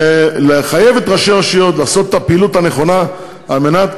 זה לחייב את ראשי הרשויות לעשות את הפעילות הנכונה על מנת